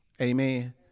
Amen